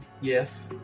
Yes